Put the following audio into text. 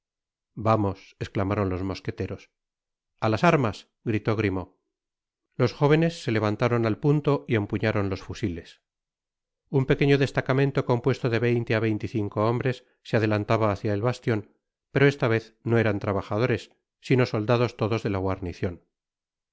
vamos esclamaron los mosqueteros a las armas gritó grimaud los jóvenes se levantaron al punto y empuñaron los fusiles un pequeño destacamento compuesto de veinte á veinte y cinco hombres se adelantaba hácia el bastion pero esta vez no eran trabajadores sino soldados todos de la guarnicion